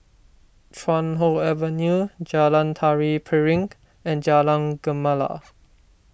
Chuan Hoe Avenue Jalan Tari Piring and Jalan Gemala